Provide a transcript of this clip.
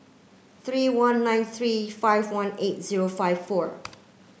three one nine three five one eight zero five four